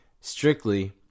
strictly